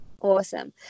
Awesome